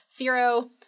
Firo